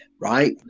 right